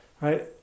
right